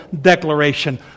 declaration